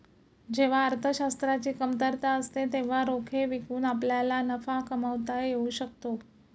जेव्हा अर्थशास्त्राची कमतरता असते तेव्हा रोखे विकून आपल्याला नफा कमावता येऊ शकतो